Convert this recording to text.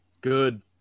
Good